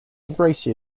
embrace